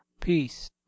peace